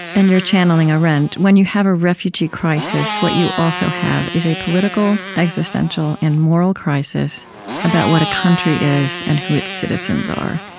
and you're channeling arendt when you have a refugee crisis, what you also have is a political, existential, and moral crisis about what a country is and who its citizens are.